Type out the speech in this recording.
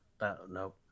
no